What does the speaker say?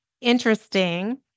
interesting